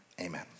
Amen